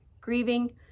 grieving